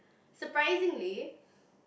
surprisingly